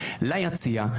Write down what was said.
אנשים ליציע,